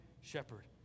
shepherd